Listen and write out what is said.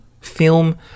Film